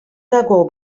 dago